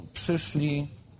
przyszli